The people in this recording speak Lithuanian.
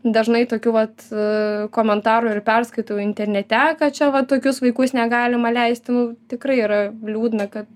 dažnai tokių vat komentarų ir perskaitau internete kad čia va tokius vaikus negalima leisti nu tikrai yra liūdna kad